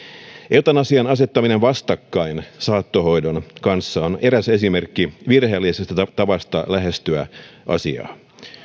eutanasian asettaminen vastakkain saattohoidon kanssa on eräs esimerkki virheellisestä tavasta lähestyä asiaa